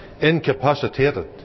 incapacitated